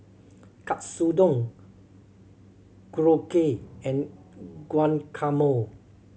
Katsudon Korokke and Guacamole